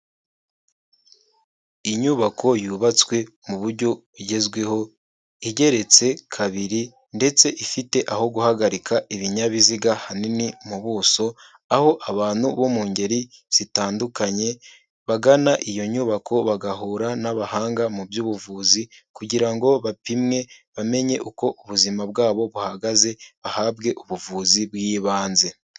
Inyubako yubatswe mu buryo bugezweho igeretse kabiri ndetse ifite aho guhagarika ibinyabiziga hanini mu buso, aho abantu bo mu ngeri zitandukanye bagana iyo nyubako bagahura n'abahanga mu by'ubuvuzi kugira ngo bapimwe bamenye uko ubuzima bwabo buhagaze bahabwe ubuvuzi bw'ibanze.